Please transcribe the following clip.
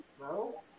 No